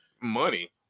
money